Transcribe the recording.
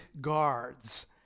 guards